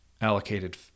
allocated